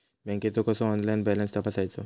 बँकेचो कसो online balance तपासायचो?